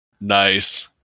Nice